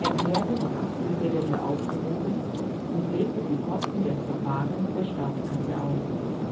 erklärte die haftbefehle für aufgehoben und legte die kosten des verfahrens der staatskasse auf